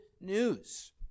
news